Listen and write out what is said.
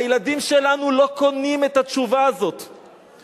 הילדים שלנו לא קונים את התשובה הזאת,